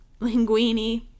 Linguini